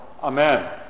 Amen